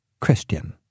Christian